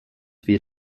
feed